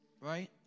Right